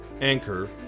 Anchor